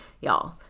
y'all